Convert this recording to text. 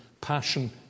passion